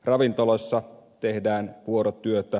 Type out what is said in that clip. ravintoloissa tehdään vuorotyötä